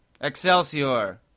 Excelsior